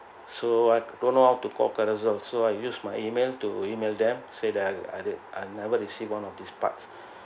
so I don't know how to call Carousell also I use my email to email them said that I I never received one of this part